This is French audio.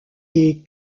est